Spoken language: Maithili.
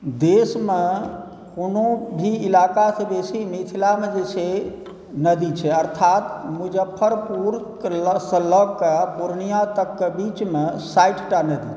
देशमे कोनो भी इलाकासँ बेसी मिथिलामे जे छै नदी छै अर्थात मुजफ्फरपुरसँ लऽ कऽ पूर्णिया तकके बीचमे साठि टा नदी छै